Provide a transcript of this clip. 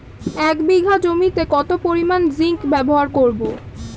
এক বিঘা জমিতে কত পরিমান জিংক ব্যবহার করব?